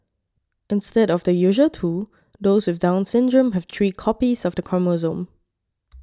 instead of the usual two those with Down Syndrome have three copies of the chromosome